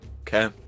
Okay